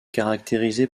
caractérisé